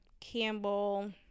Campbell